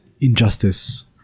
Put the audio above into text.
injustice